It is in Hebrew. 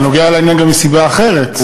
אתה קשור לעניין גם מסיבה אחרת.